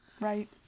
Right